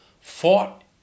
fought